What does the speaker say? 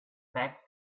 fact